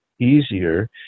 easier